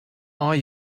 are